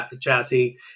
chassis